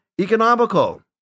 economical